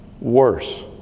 worse